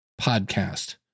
podcast